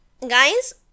Guys